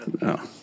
No